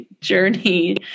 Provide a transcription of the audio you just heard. journey